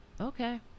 okay